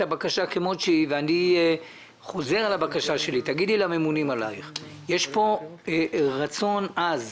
אני חוזר על הבקשה שלי: תגידי לממונים עלייך שיש פה רצון עז